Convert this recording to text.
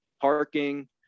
Parking